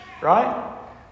Right